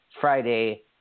Friday